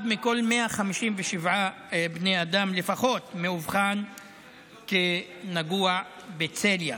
אחד מכל 157 בני אדם לפחות מאובחן כנגוע בצליאק.